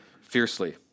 fiercely